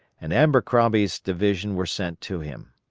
and abercrombie's division were sent to him.